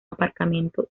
aparcamiento